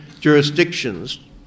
jurisdictions